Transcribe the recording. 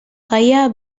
gaia